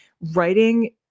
writing